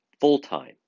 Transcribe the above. full-time